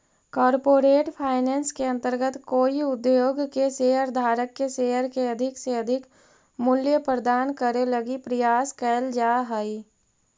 corporate finance के अंतर्गत कोई उद्योग के शेयर धारक के शेयर के अधिक से अधिक मूल्य प्रदान करे लगी प्रयास कैल जा हइ